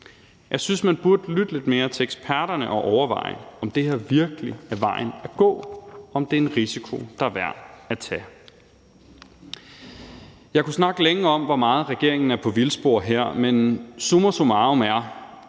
Jeg synes, man burde lytte lidt mere til eksperterne og overveje, om det her virkelig er vejen at gå, og om det er en risiko, der er værd at tage. Jeg kunne snakke længe om, hvor meget regeringen er på vildspor her, men summa summarum er,